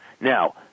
Now